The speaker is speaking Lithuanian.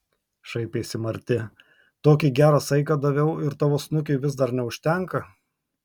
šaipėsi marti tokį gerą saiką daviau ir tavo snukiui vis dar neužtenka